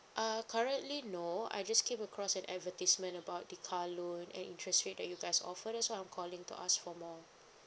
uh currently no I just came across an advertisement about the car loan and interest rate that you guys offer that's why I'm calling to ask for more